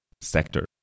sector